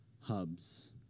hubs